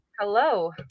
Hello